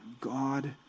God